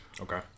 Okay